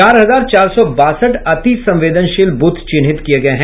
चार हजार चार सौ बासठ अति संवेदनशील बूथ चिन्हित किये गये हैं